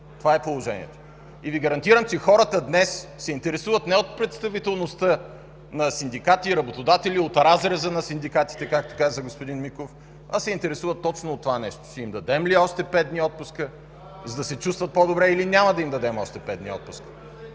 Това е положението. Гарантирам Ви, че хората днес се интересуват не от представителността на синдикати, работодатели, от разреза на синдикатите, както каза господин Миков, а се интересуват точно от това нещо – ще им дадем ли още пет дни отпуск, за да се чувстват по-добре, или няма да им дадем още пет дни отпуск?